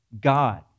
God